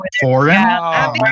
Foreign